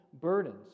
burdens